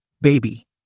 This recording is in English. Baby